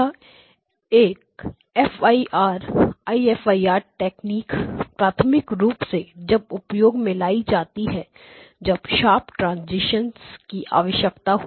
यह F I R तकनीक प्राथमिक रूप से तब उपयोग में लाई जाती है जब शार्प ट्रांजीशन sharp transition की आवश्यकता हो